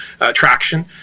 traction